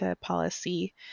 policy